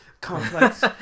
complex